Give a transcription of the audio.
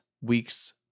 week's